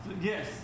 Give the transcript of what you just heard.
Yes